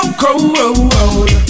cold